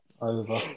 Over